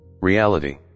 reality